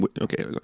okay